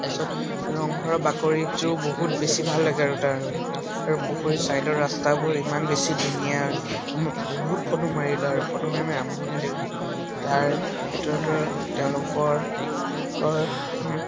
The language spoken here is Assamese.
তাৰপিছত ৰংঘৰৰ বাকৰিটো বহুত বেছি ভাল লাগে আৰু তাৰ আৰু পুখুৰী চাইডৰ ৰাস্তাবোৰ ইমান বেছি ধুনীয়া বহুত ফটো মাৰিলো আৰু ফটো মাৰি মাৰি আমনি লাগিছিল তাৰ ভিতৰত তেওঁলোকৰ